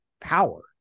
power